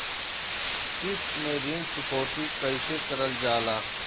किश्त में ऋण चुकौती कईसे करल जाला?